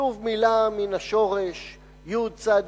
שוב מלה מן השורש יצ"ב,